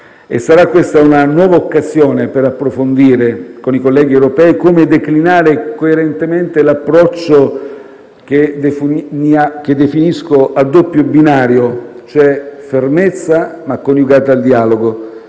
sarà questa una nuova occasione per stabilire, con i colleghi europei, come declinare coerentemente l'approccio che definisco a doppio binario - cioè, fermezza, ma coniugata al dialogo